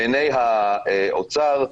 בעיני האוצר,